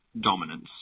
dominance